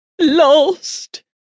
Lost